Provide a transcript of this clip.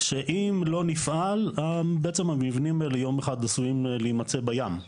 שאם לא נפעל בעצם המבנים האלה יום אחד עשויים להימצא בים.